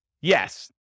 Yes